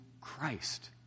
Christ